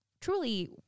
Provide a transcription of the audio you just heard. truly